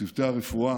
צוותי הרפואה.